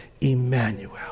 Emmanuel